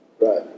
right